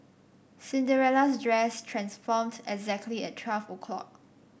Cinderella's dress transformed exactly at twelve o'clock